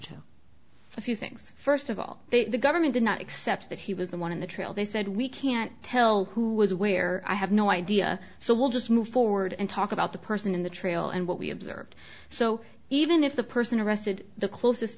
d a few things first of all the government did not except that he was the one in the trail they said we can't tell who was where i have no idea so we'll just move forward and talk about the person in the trail and what we observed so even if the person arrested the closest